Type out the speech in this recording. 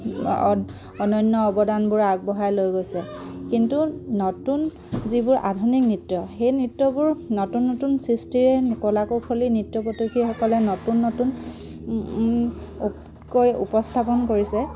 অনন্য অৱদানবোৰ আগবঢ়াই লৈ গৈছে কিন্তু নতুন যিবোৰ আধুনিক নৃত্য সেই নৃত্যবোৰ নতুন নতুন সৃষ্টিৰে কলা কৌশলী নৃত্য পটিয়সীসকলে নতুন নতুনকৈ উপস্থাপন কৰিছে